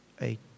Eight